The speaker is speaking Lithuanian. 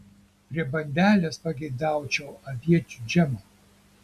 prie bandelės pageidaučiau aviečių džemo